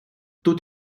тут